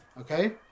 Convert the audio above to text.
okay